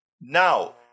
Now